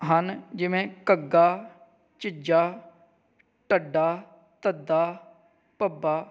ਹਨ ਜਿਵੇਂ ਘੱਗਾ ਝੱਜਾ ਢੱਡਾ ਧੱਦਾ ਭੱਬਾ